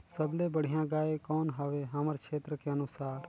सबले बढ़िया गाय कौन हवे हमर क्षेत्र के अनुसार?